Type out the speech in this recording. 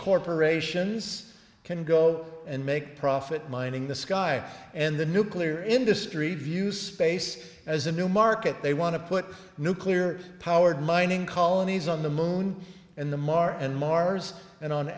corporations can go and make profit mining the sky and the nuclear industry views space as a new market they want to put nuclear powered mining colonies on the moon in the mark and mars and on